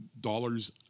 dollars